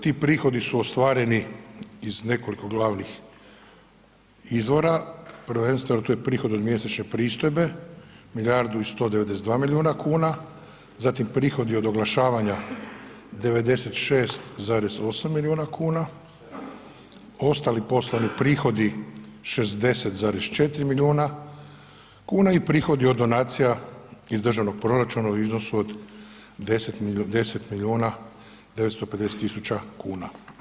Ti prihodi su ostvareni iz nekoliko glavnih izvora, prvenstveno to je prihod od mjesečne pristojbe milijardu i 192 milijuna kuna, zatim prihodi od oglašavanja 96,8 milijuna kuna, ostali poslovni prihodi 60,4 milijuna kuna i prihodi od donacija iz državnog proračuna u iznosu od 10 milijuna, 950 tisuća kuna.